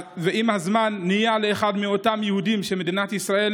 ועם הזמן נהיה לאחד מאותם יהודים שמדינת ישראל